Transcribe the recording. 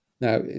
Now